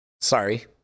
sorry